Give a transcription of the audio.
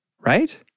right